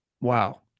Wow